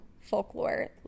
folklore